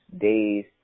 days